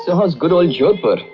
so how is good old jodhpur?